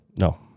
No